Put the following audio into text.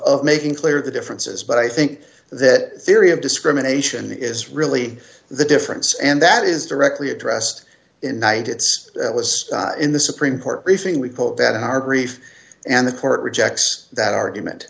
of making clear the differences but i think that theory of discrimination is really the difference and that is directly addressed in night it's was in the supreme court briefing we put that in our grief and the court rejects that argument